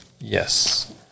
Yes